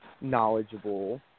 knowledgeable